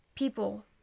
people